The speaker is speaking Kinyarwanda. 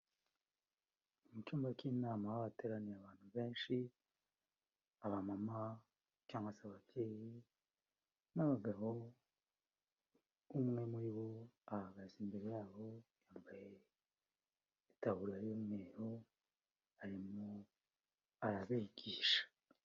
Mu cyumba cy'inama hateraniye abantu benshi, abamama cyangwa se ababyeyi n'abagabo, umwe muri bo ahagaze imbere yabo, yambaye itaburaya y'umweru arimo arabigisha.